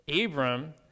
Abram